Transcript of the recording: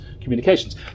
communications